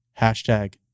Hashtag